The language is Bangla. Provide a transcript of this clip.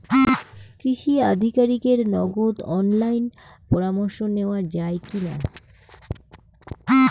কৃষি আধিকারিকের নগদ অনলাইন পরামর্শ নেওয়া যায় কি না?